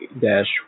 dash